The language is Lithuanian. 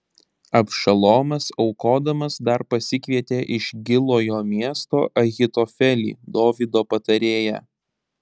abšalomas aukodamas dar pasikvietė iš gilojo miesto ahitofelį dovydo patarėją